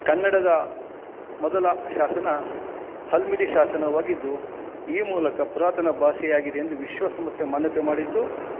ಕನ್ನಡದ ಮೊದಲ ಶಾಸನ ಹಲ್ಮಿಡಿ ಶಾಸನವಾಗಿದ್ದು ಈ ಮೂಲಕ ಪುರಾತನ ಭಾಷೆಯಾಗಿದೆ ಎಂದು ವಿಶ್ವಸಂಸ್ಥೆ ಮಾನ್ಯತೆ ಮಾಡಿದ್ದು